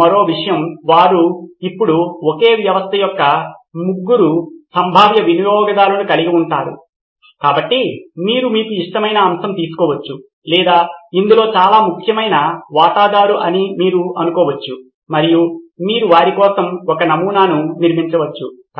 మరో విషయం వారు ఇప్పుడు ఒకే వ్యవస్థ యొక్క ముగ్గురు సంభావ్య వినియోగదారులను కలిగి ఉన్నారు కాబట్టి మీరు మీకు ఇష్టమైన అంశము తీసుకోవచ్చు లేదా ఇందులో చాలా ముఖ్యమైన వాటాదారు అని మీరు అనుకోవచ్చు మరియు మీరు వారి కోసం ఒక నమూనాను నిర్మించవచ్చు